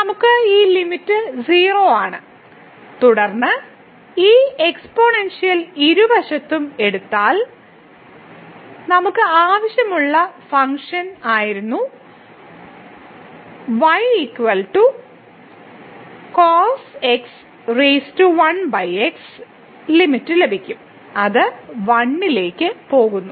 നമുക്ക് ഈ ലിമിറ്റ് 0 ആണ് തുടർന്ന് ഈ എക്സ്പോണൻഷ്യൽ ഇരുവശത്തും എടുത്താൽ നമുക്ക് ഇവിടെ ആവശ്യമുള്ള ഫംഗ്ഷൻ ആയിരുന്ന y cos ലിമിറ്റ് ലഭിക്കും അത് 1 ലേക്ക് പോകുന്നു